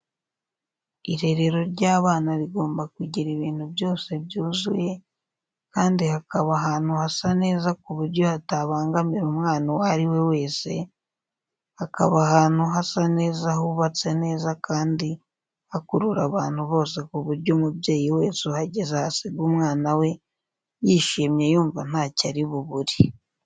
Irerero ry'abana rigomba kugira ibintu byose byuzuye, kandi hakaba ahantu hasa neza ku buryo hatabangamira umwana uwo ari we wese, hakaba ahantu hasa neza hubatse neza kandi hakurura abantu bose ku buryo umubyeyi wese uhageze ahasiga umwana we yishimye yumva ntacyo ari bubure.